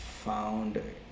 found